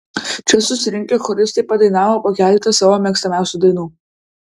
čia susirinkę choristai padainavo po keletą savo mėgstamiausių dainų